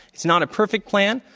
it's not a perfect plan,